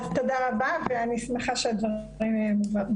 אז תודה רבה ואני שמחה שהדברים מובהרים.